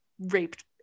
raped